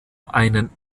einen